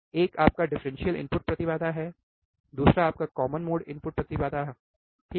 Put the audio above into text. एक आपका differential input प्रतिबाधा है दूसरा आपका कॉमन मोड इनपुट प्रतिबाधा ठीक है